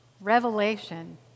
Revelation